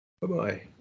Bye-bye